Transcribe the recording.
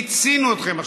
מיצינו אתכם.